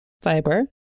fiber